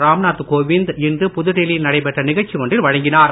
ராம்நாத் கோவிந்த் இன்று புதுடில்லி யில் நடைபெற்ற நிகழ்ச்சி ஒன்றில் வழங்கினார்